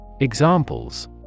Examples